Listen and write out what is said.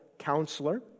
Counselor